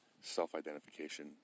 self-identification